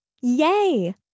yay